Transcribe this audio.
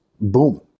boom